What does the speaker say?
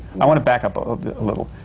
i want to back up a little.